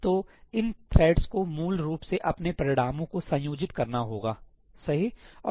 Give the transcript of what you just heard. तो इन थ्रेड्स को मूल रूप से अपने परिणामों को संयोजित करना होगा सही